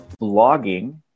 blogging